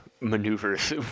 maneuvers